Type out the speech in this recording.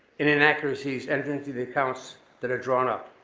and inaccuracies entering into the accounts that are drawn up.